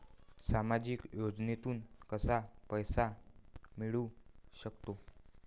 सामाजिक योजनेतून कसा पैसा मिळू सकतो?